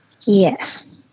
yes